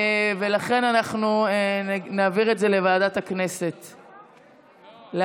ולכן אנחנו נעביר את זה לוועדת הכנסת להכרעה.